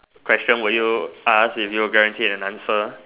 question would you ask if you were guaranteed an answer